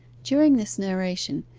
during this narration,